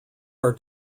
are